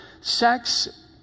sex